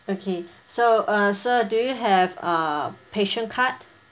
okay so uh sir do you have a passion card